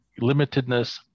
limitedness